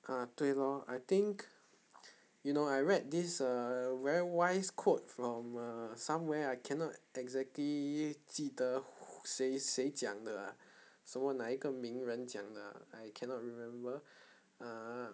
ah 对 lor I think you know I read this err very wise quote from uh somewhere I cannot exactly 记得谁谁讲 uh 什么哪一个名人讲的 I cannot remember ah